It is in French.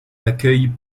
accueille